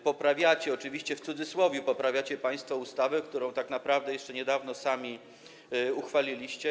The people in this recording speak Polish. Poprawiacie - oczywiście w cudzysłowie - poprawiacie państwo ustawę, którą tak naprawdę jeszcze niedawno sami uchwaliliście.